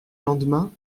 lendemain